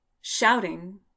shouting